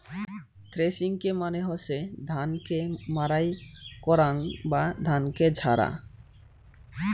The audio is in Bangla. থ্রেশিংকে মানে হসে ধান কে মাড়াই করাং বা ধানকে ঝাড়া